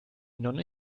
nonne